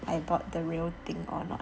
I bought the real thing or not